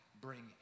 bring